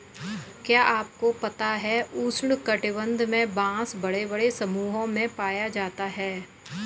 क्या आपको पता है उष्ण कटिबंध में बाँस बड़े बड़े समूहों में पाया जाता है?